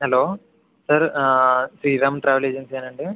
hello sir Sriram travel agencies అండి